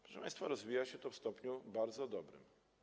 Proszę państwa, rozwija się to w stopniu bardzo dobrym.